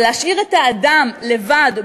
אבל להשאיר את האדם לבד,